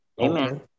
Amen